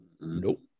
Nope